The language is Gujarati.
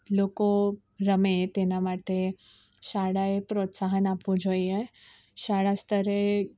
લોકો રમે તેના માટે શાળાએ પ્રોત્સાહન આપવું જોઈએ શાળા સ્તરે